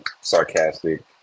sarcastic